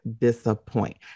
disappoint